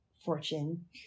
fortune